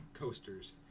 coasters